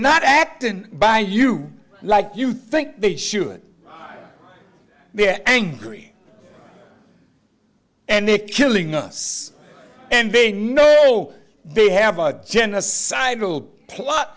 not acting by you like you think they should be angry and they killing us and they know they have a genocidal plot